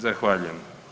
Zahvaljujem.